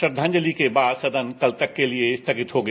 श्रद्धांजलि के बाद सदन कल तक के लिए स्थगित हो गया